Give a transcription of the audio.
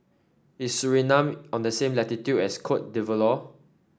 is Suriname on the same latitude as Cote d'Ivoire